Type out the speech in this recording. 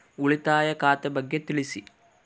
ಉಳಿತಾಯ ಖಾತೆ ಬಗ್ಗೆ ತಿಳಿಸಿ?